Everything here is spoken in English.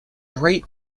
rate